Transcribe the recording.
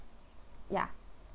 ya